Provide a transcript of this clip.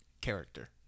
character